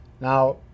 Now